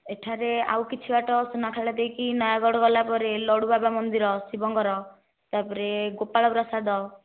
ଏଠାରେ ଆଉ କିଛି ବାଟ ସୁନାଖେଳ ଦେଇକି ନୟାଗଡ଼ ଗଲାପରେ ଲଡ଼ୁ ବାବା ମନ୍ଦିର ଶିବଙ୍କର ତାପରେ ଗୋପାଳ ପ୍ରସାଦ